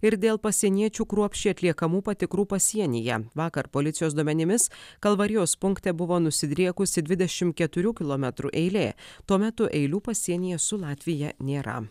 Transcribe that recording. ir dėl pasieniečių kruopščiai atliekamų patikrų pasienyje vakar policijos duomenimis kalvarijos punkte buvo nusidriekusi dvidešim keturių kilometrų eilė tuo metu eilių pasienyje su latvija nėra